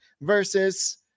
versus